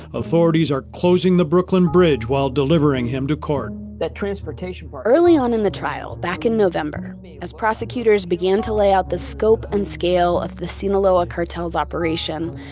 authorities are closing the brooklyn bridge while delivering him to court. that transportation part, early on in the trial, back in november, as prosecutors began to lay out the scope and scale of the sinaloa cartel's operation,